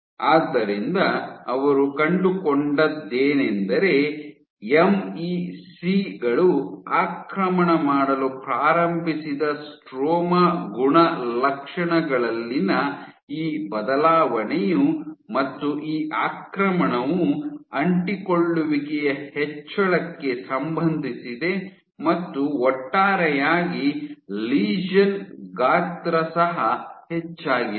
ಆದ್ದರಿಂದ ಅವರು ಕಂಡುಕೊಂಡದ್ದೇನೆಂದರೆ ಎಂ ಇ ಸಿ ಗಳು ಆಕ್ರಮಣ ಮಾಡಲು ಪ್ರಾರಂಭಿಸಿದ ಸ್ಟ್ರೋಮಾ ಗುಣಲಕ್ಷಣಗಳಲ್ಲಿನ ಈ ಬದಲಾವಣೆಯು ಮತ್ತು ಈ ಆಕ್ರಮಣವು ಅಂಟಿಕೊಳ್ಳುವಿಕೆಯ ಹೆಚ್ಚಳಕ್ಕೆ ಸಂಬಂಧಿಸಿದೆ ಮತ್ತು ಒಟ್ಟಾರೆಯಾಗಿ ಲೆಸಿಯಾನ್ ಗಾತ್ರ ಸಹ ಹೆಚ್ಚಾಗಿದೆ